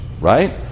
right